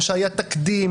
או שהיה תקדים,